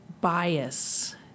bias